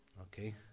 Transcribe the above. Okay